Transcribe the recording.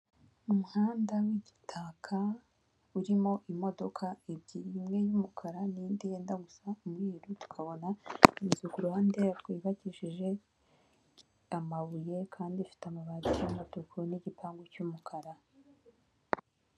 Iby'ibanze wakora mu gihe habayeho gusohoka kwa gaze, mu gihe uri nko mu nzu ushobora gusohoka cyangwa ugakoresha ubundi buryo bwakurinda kugira ngo itaza kukwangiza.